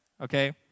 Okay